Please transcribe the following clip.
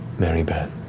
merry band.